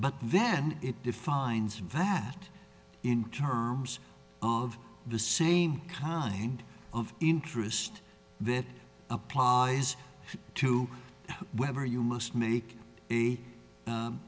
but then it defines vat in terms of the same kind of interest that applies to whether you must make a